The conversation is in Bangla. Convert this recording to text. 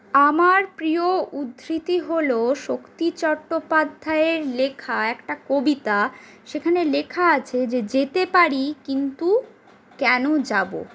আমার প্রিয় উদ্ধৃতি হল শক্তি চট্টোপাধ্যায়ের লেখা একটা কবিতা সেখানে লেখা আছে যে যেতে পারি কিন্তু কেন যাব